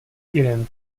jeden